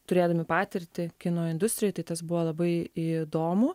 turėdami patirtį kino industrijoj tai tas buvo labai įdomu